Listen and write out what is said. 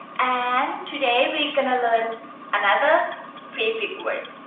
and today we gonna learn another prefix word.